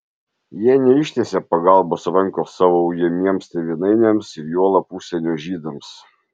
jie neištiesė pagalbos rankos savo ujamiems tėvynainiams ir juolab užsienio žydams